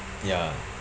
ya